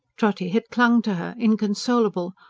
trotty had dung to her, inconsolable.